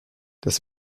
das